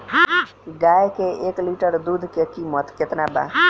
गाय के एक लीटर दूध के कीमत केतना बा?